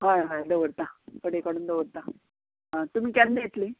हय हय दवरता कडे काडून दवरता तुमी केन्ना येतली